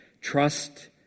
Trust